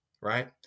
right